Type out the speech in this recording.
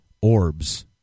orbs